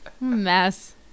Mess